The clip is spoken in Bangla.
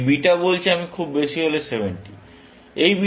এই বিটা বলছে আমি খুব বেশি হলে 70